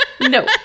no